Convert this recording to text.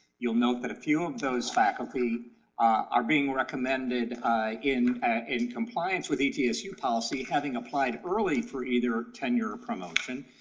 you'll note that a few of those faculty are being recommended in in compliance with etsu policy, having applied early for either tenure or promotion.